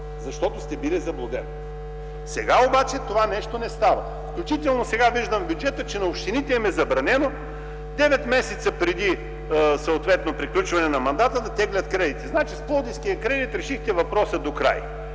защото сте били заблуден. Сега обаче това нещо не става. Включително сега виждам в бюджета, че на общините им е забранено девет месеца преди приключване на мандата да теглят кредити. Значи с пловдивския кредит решихте въпроса докрай